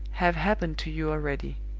have happened to you already.